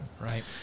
Right